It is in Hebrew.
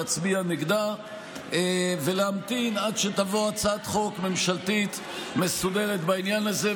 להצביע נגדה ולהמתין עד שתבוא הצעת חוק ממשלתית מסודרת בעניין הזה.